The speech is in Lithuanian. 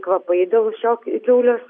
kvapai dėl šio kiaulės